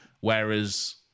Whereas